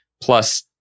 plus